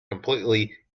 completely